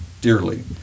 dearly